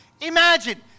Imagine